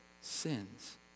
sins